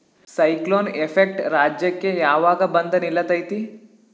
Cyclone effect ರಾಜ್ಯಕ್ಕೆ ಯಾವಾಗ ಬಂದ ನಿಲ್ಲತೈತಿ?